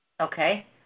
Okay